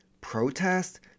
protest